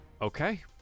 Okay